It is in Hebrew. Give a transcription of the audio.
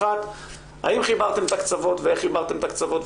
אחת, האם חיברתם את הקצוות ואיך חיברתם את הקצוות?